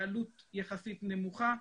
בעלות יחסית נמוכה.